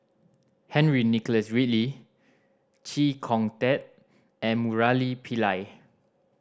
Henry Nicholas Ridley Chee Kong Tet and Murali Pillai